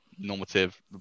Normative